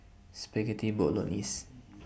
Spaghetti Bolognese